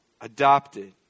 Adopted